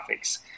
graphics